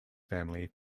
family